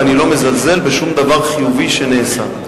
ואני לא מזלזל בשום דבר חיובי שנעשה.